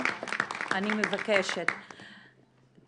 אני ממש מקווה שדברים יתקדמו ואני מאוד